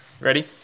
ready